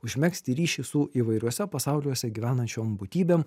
užmegzti ryšį su įvairiuose pasauliuose gyvenančiom būtybėm